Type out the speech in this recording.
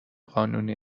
قانونی